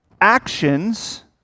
actions